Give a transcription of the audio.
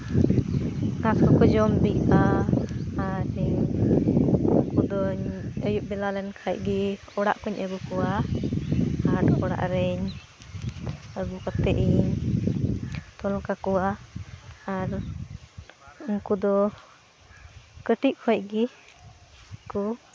ᱜᱷᱟᱸᱥ ᱠᱚᱠᱚ ᱡᱚᱢ ᱵᱤᱜᱼᱟ ᱟᱨ ᱥᱮ ᱤᱧ ᱫᱚᱧ ᱟᱹᱭᱩᱵ ᱵᱮᱞᱟ ᱞᱮᱱᱠᱷᱟᱡ ᱜᱮ ᱚᱲᱟᱜ ᱠᱩᱧ ᱟᱹᱜᱩ ᱠᱚᱣᱟ ᱟᱨ ᱚᱲᱟᱜ ᱨᱤᱧ ᱟᱹᱜᱩ ᱠᱟᱛᱮᱫ ᱤᱧ ᱛᱚᱞ ᱠᱟᱠᱚᱣᱟ ᱟᱨ ᱩᱱᱠᱩ ᱫᱚ ᱠᱟᱹᱴᱤᱡ ᱠᱷᱚᱡ ᱜᱮ ᱠᱚ